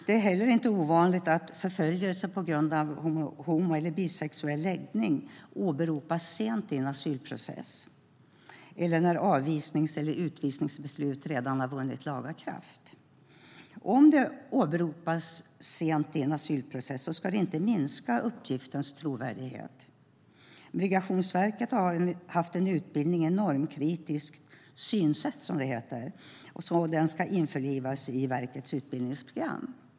Det är heller inte ovanligt att förföljelse på grund av homo eller bisexuell läggning åberopas sent i en asylprocess eller när avvisnings eller utvisningsbeslutet redan har vunnit laga kraft. Om det åberopas sent i en asylprocess ska det inte minska uppgiftens trovärdighet. Migrationsverket har haft en utbildning i normkritiskt synsätt, som det heter. Det ska införlivas i verkets utbildningsprogram.